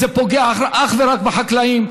וזה פוגע אך ורק בחקלאים.